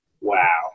Wow